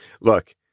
look